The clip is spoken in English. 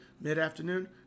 mid-afternoon